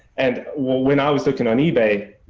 and when i was looking on ebay,